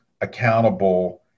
accountable